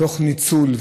תוך ניצול,